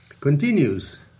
continues